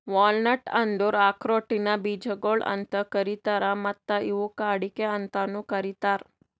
walnut ಅಂದುರ್ ಆಕ್ರೋಟಿನ ಬೀಜಗೊಳ್ ಅಂತ್ ಕರೀತಾರ್ ಮತ್ತ ಇವುಕ್ ಅಡಿಕೆ ಅಂತನು ಕರಿತಾರ್